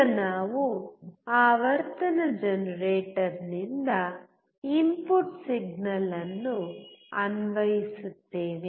ಈಗ ನಾವು ಆವರ್ತನ ಜನರೇಟರ್ನಿಂದ ಇನ್ಪುಟ್ ಸಿಗ್ನಲ್ ಅನ್ನು ಅನ್ವಯಿಸುತ್ತೇವೆ